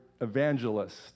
evangelist